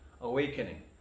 awakening